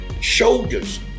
shoulders